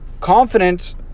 confidence